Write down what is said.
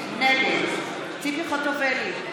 נגד ציפי חוטובלי,